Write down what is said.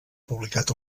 publicat